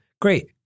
great